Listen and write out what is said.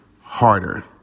Harder